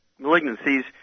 malignancies